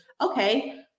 okay